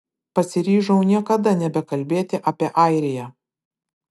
pasiryžau niekada nebekalbėti apie airiją